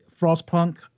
Frostpunk